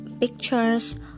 pictures